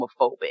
homophobic